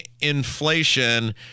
inflation